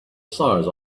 size